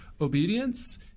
obedience